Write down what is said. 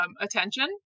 attention